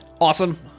awesome